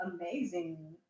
amazing